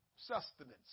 sustenance